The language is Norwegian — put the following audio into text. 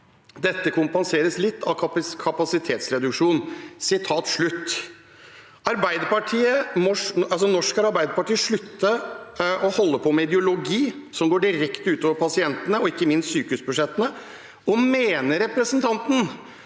Dette kompenserer litt av kapasitetsreduksjonen.» Når skal Arbeiderpartiet slutte å holde på med ideologi som går direkte utover pasientene og ikke minst sykehusbudsjettene? Mener representanten